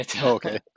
Okay